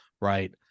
right